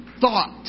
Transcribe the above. thought